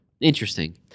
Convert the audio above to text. interesting